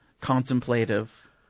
contemplative